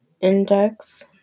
index